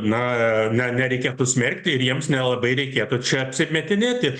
na ne nereikėtų smerkti ir jiems nelabai reikėtų čia apsimetinėti